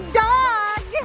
dog